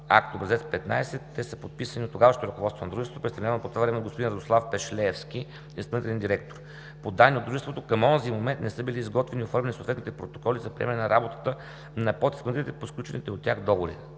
акт Образец 15 са подписани от тогавашното ръководство на дружеството, представлявано по това време от господин Радослав Пешлеевски – изпълнителен директор. По данни от Дружеството към онзи момент не са били изготвени и оформени съответните протоколи за приемане на работата на подизпълнителите по сключените от тях договори